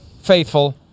faithful